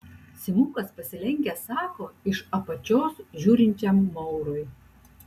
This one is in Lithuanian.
simukas pasilenkęs sako iš apačios žiūrinčiam maurui